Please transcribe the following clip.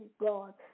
God